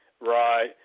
right